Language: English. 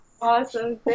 awesome